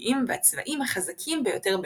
התרבותיים והצבאיים החזקים ביותר באירופה.